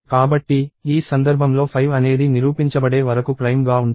కాబట్టి ఈ సందర్భంలో 5 అనేది నిరూపించబడే వరకు ప్రైమ్ గా ఉంటుంది